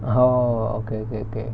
oh okay okay okay